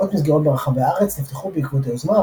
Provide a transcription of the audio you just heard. מאות מסגרות ברחבי הארץ נפתחו בעקבות היוזמה,